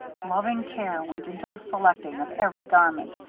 loving care went into the selecting of every garment,